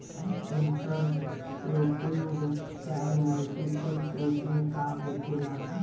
Inter cropping चाहे multiple cropping का होखेला?